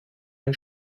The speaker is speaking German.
ein